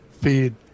feed